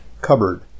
cupboard